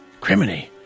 Criminy